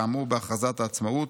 כאמור בהכרזת העצמאות.